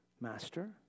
Master